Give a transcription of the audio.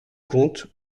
conte